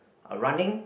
uh running